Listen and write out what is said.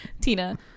Tina